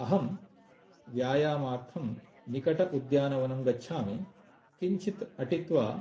अहं व्यायामार्थं निकट उद्यानवनं गच्छामि किञ्चित् अटित्वा